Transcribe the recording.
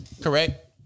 correct